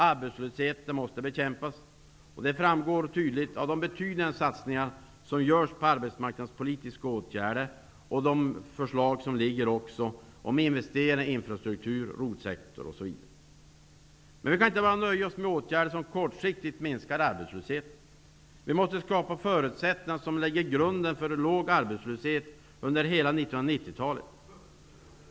Arbetslösheten måste bekämpas, vilket tydligt framgår av de betydande satsningar som görs på arbetsmarknadspolitiska åtgärder och av de förslag som har lagts om investeringar i infrastruktur, Men vi kan inte bara nöja oss med åtgärder som kortsiktigt minskar arbetslösheten. Förutsättningar måste skapas för att lägga grunden för låg arbetslöshet under hela 1990-talet.